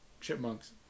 chipmunks